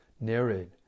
narrate